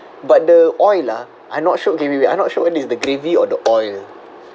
but the oil lah I not sure okay wait wait wait I'm not sure whether it's the gravy or the oil